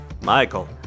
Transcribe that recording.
Michael